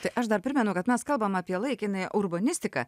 tai aš dar primenu kad mes kalbame apie laikinąją urbanistiką